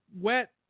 wet